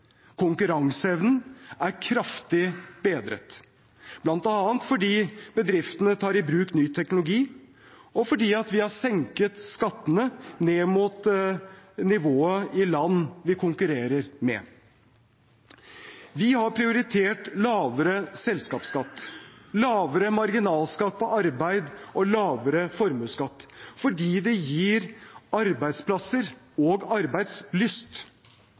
Konkurranseevnen er kraftig bedret, bl.a. fordi bedriftene tar i bruk ny teknologi, og fordi vi har senket skattene ned mot nivået i land vi konkurrerer med. Vi har prioritert lavere selskapsskatt, lavere marginalskatt på arbeid og lavere formuesskatt fordi det gir arbeidsplasser og arbeidslyst.